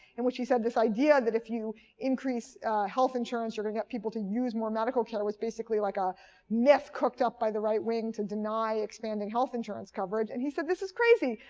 in which he said this idea that if you increase health insurance, you're going to get people to use more medical care, was basically like a myth cooked up by the right wing to deny expanding health insurance coverage. and he said, this is crazy.